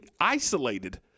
isolated